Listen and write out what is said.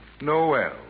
Noel